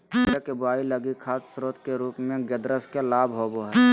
बाजरा के बुआई लगी खाद स्रोत के रूप में ग्रेदास के लाभ होबो हइ